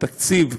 התקציב,